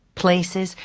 places,